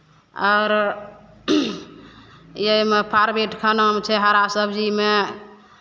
औरो एहिमे फेवरेट खानामे छै हरा सबजीमे